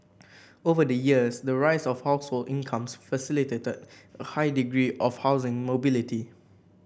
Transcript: over the years the rise of household incomes facilitated a high degree of housing mobility